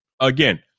Again